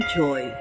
joy